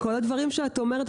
איפה רשומים כל הדברים שאת אומרת.